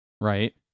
right